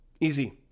easy